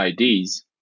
IDs